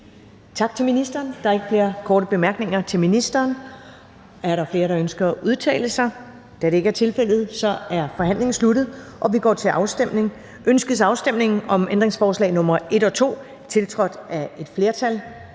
Tak til ministeren. Der er ikke flere korte bemærkninger til ministeren. Er der flere, der ønsker at udtale sig? Da det ikke er tilfældet, er forhandlingen sluttet, og vi går til afstemning. Kl. 11:35 Afstemning Første næstformand (Karen Ellemann): Ønskes